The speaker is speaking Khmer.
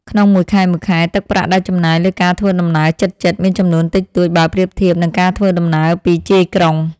ក្នុងមួយខែៗ ទឹកប្រាក់ដែលចំណាយលើការធ្វើដំណើរជិតៗ មានចំនួនតិចតួចបើប្រៀបធៀបនឹងការធ្វើដំណើរពីជាយក្រុង។